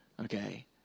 Okay